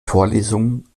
vorlesungen